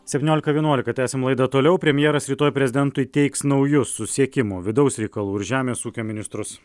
septyniolika vienuolika tęsiam laidą toliau premjeras rytoj prezidentui teiks naujus susisiekimo vidaus reikalų ir žemės ūkio ministrus